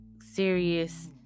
serious